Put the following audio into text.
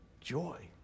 joy